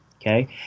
okay